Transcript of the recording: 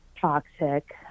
toxic